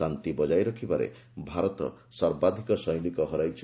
ଶାନ୍ତି ବଜାୟ ରଖିବାରେ ଭାରତ ସର୍ବାଧିକ ସୈନିକ ହରାଇଛି